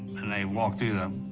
and they walked through the,